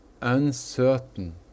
uncertain